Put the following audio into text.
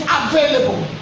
available